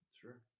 Sure